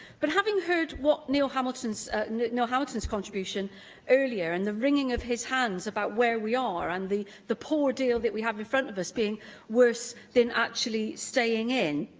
but having heard neil hamilton's neil hamilton's contribution earlier and the wringing of his hands about where we are and the the poor deal that we have in front of us being worse than actually staying in,